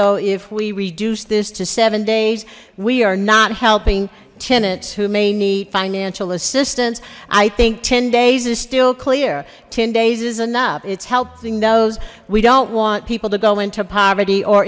though if we reduce this to seven days we are not helping tenants who may need financial assistance i think ten days is still clear ten days is enough it's helping those we don't want people to go into poverty or